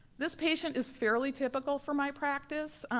this patient is fairly typical for my practice.